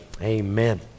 Amen